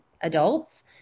adults